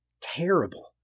terrible